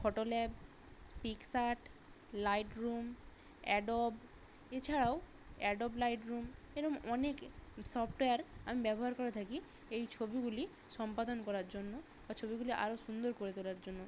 Photolab PicsArt Lightroom Adobe এছাড়াও Adobe Lightroom এরম অনেক সফটওয়্যার আমি ব্যবহার করে থাকি এই ছবিগুলি সম্পাদন করার জন্য বা ছবিগুলি আরো সুন্দর করে তোলার জন্য